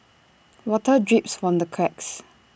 water drips from the cracks